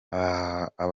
abahutu